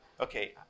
okay